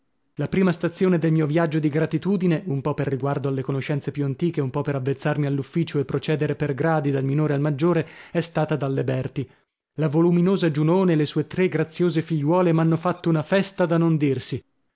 la prima stazione del mio viaggio di gratitudine un po per riguardo alle conoscenze più antiche un po per avvezzarmi all'ufficio e procedere per gradi dal minore al maggiore è stata dalle berti la voluminosa giunone e le sue tre graziose figliuole m'hanno fatto una festa da non dirsi